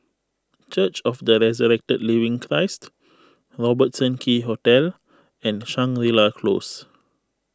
Church of the Resurrected Living Christ Robertson Quay Hotel and Shangri La Close